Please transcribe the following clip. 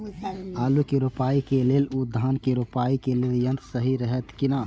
आलु के रोपाई के लेल व धान के रोपाई के लेल यन्त्र सहि रहैत कि ना?